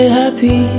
happy